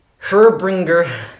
Herbringer